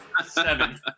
Seven